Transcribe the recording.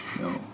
no